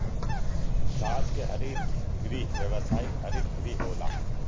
कांच के हरित गृह व्यावसायिक हरित गृह होला